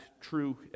true